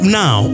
now